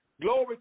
Glory